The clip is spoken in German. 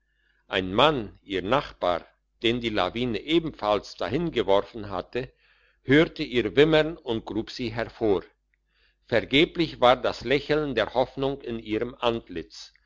ein mann ihr nachbar den die lawine ebenfalls dahin geworfen hatte hörte ihr wimmern und grub sie hervor vergeblich war das lächeln der hoffnung in ihrem antlitz